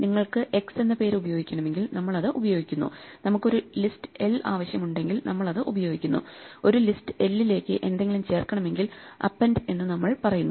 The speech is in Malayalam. നിങ്ങൾക്ക് x എന്ന പേര് ഉപയോഗിക്കണമെങ്കിൽ നമ്മൾ അത് ഉപയോഗിക്കുന്നു നമുക്ക് ഒരു ലിസ്റ്റ് l ആവശ്യമുണ്ടെങ്കിൽ നമ്മൾ അത് ഉപയോഗിക്കുന്നു ഒരു ലിസ്റ്റ് l ലേക്ക് എന്തെങ്കിലും ചേർക്കണമെങ്കിൽ അപ്പെൻഡ് എന്ന് നമ്മൾ പറയുന്നു